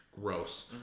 gross